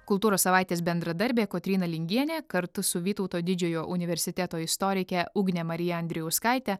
kultūros savaitės bendradarbė kotryna lingienė kartu su vytauto didžiojo universiteto istorike ugne marija andrijauskaite